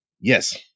Yes